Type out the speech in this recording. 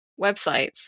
websites